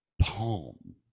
palm